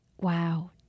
Wow